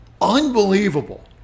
unbelievable